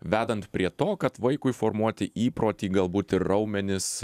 vedant prie to kad vaikui formuoti įprotį galbūt ir raumenis